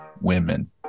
Women